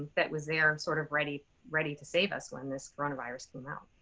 that was there, sort of ready ready to save us when this coronavirus came out.